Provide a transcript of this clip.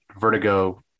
Vertigo